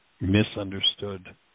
misunderstood